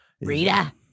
Rita